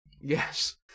Yes